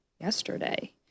yesterday